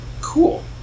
Cool